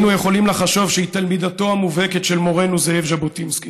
היינו יכולים לחשוב שהיא תלמידתו המובהקת של מורנו זאב ז'בוטינסקי.